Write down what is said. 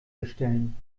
bestellen